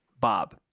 Bob